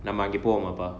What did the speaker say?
the multiple on marble